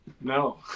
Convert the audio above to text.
No